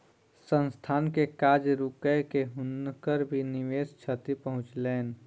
संस्थान के काज रुकै से हुनकर निवेश के क्षति पहुँचलैन